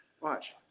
Watch